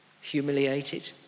humiliated